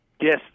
Yes